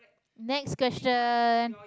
next question